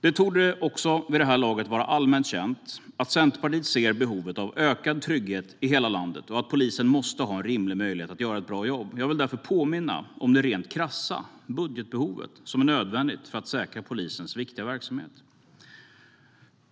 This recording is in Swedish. Det torde vid det här laget också vara allmänt känt att Centerpartiet ser behovet av ökad trygghet i hela landet och att polisen måste ha en rimlig möjlighet att göra ett bra jobb. Jag vill därför påminna om det rent krassa budgetbehovet, för det är nödvändigt att säkra polisens viktiga verksamhet.